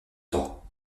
temps